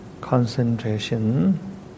concentration